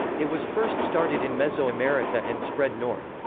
it was first started in mesoamerica and spread north.